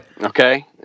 Okay